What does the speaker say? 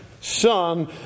son